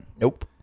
Nope